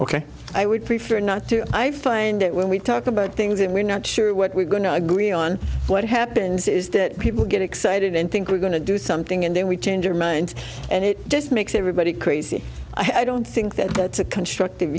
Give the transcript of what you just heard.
ok i would prefer not to i find that when we talk about things that we're not sure what we're going to agree on what happens is that people get excited and think we're going to do something and then we change our mind and it just makes everybody crazy i don't think that's a constructive